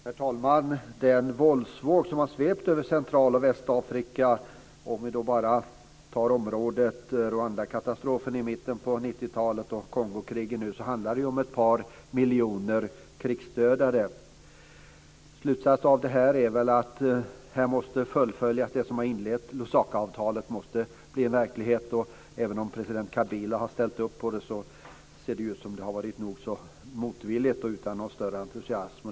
Herr talman! Det har svept en våldsvåg över Central och Västafrika. Enbart i Rwandakatastrofen i mitten på 90-talet och nu i Kongokriget handlar det om ett par miljoner krigsdödade. Slutsatsen är väl att det som har inletts med Lusakaavtalet måste fullföljas och förverkligas. Även om president Kabila har ställt sig bakom det, verkar det ha varit motvilligt och utan någon större entusiasm.